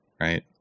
Right